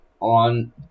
on